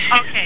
Okay